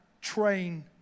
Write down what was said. train